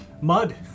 Mud